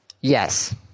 Yes